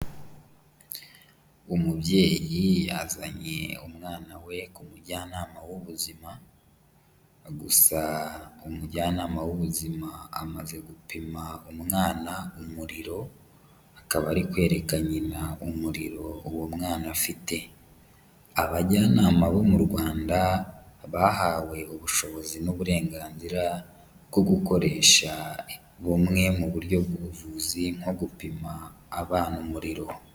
Umubyeyi yazanye umwana we ku mujyanama w'ubuzima, gusa umujyanama w' ubuzima amaze gupima umwana umuriro, akaba ari kwereka nyina umuriro uwo mwana afite. Abajyanama bo mu Rwanda bahawe ubushobozi n'uburenganzira, bwo gukoresha bumwe mu buryo bw'ubuvuzi nko gupima abana umuriro.